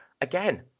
again